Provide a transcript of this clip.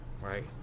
right